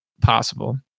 possible